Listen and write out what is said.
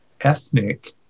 ethnic